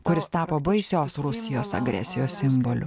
kuris tapo baisios rusijos agresijos simboliu